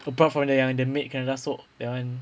apart from the yang the maid the kena rasuk that one